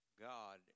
God